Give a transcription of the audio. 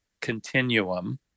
continuum